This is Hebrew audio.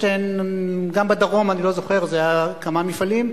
גם בדרום, אני לא זוכר, היו כמה מפעלים.